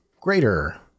greater